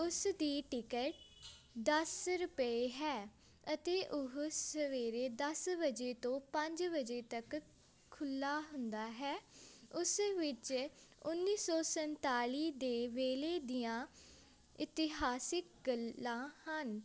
ਉਸ ਦੀ ਟਿਕਟ ਦਸ ਰੁਪਏ ਹੈ ਅਤੇ ਉਹ ਸਵੇਰੇ ਦਸ ਵਜੇ ਤੋਂ ਪੰਜ ਵਜੇ ਤੱਕ ਖੁੱਲ੍ਹਾ ਹੁੰਦਾ ਹੈ ਉਸ ਵਿੱਚ ਉੱਨੀ ਸੌ ਸੰਤਾਲੀ ਦੇ ਵੇਲੇ ਦੀਆਂ ਇਤਿਹਾਸਿਕ ਗੱਲਾਂ ਹਨ